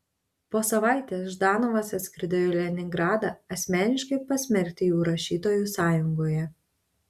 po savaitės ždanovas atskrido į leningradą asmeniškai pasmerkti jų rašytojų sąjungoje